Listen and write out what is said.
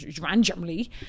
randomly